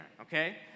okay